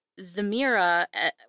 Zamira